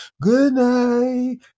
Goodnight